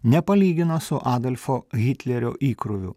nepalygino su adolfo hitlerio įkroviu